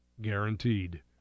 guaranteed